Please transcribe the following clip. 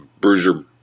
Bruiser